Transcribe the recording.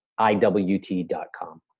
IWT.com